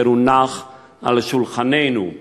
אשר הונח על שולחננו,